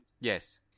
Yes